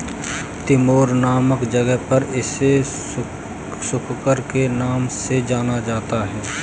Timor नामक जगह पर इसे सुकर के नाम से जाना जाता है